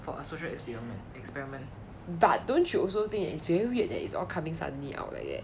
but don't should also think it's very weird that it's all coming suddenly out like that